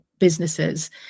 Businesses